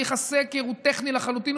הליך הסקר הוא טכני לחלוטין,